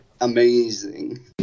Amazing